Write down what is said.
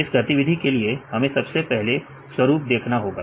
इस गतिविधि के लिए हमें सबसे पहले स्वरूप देखना होगा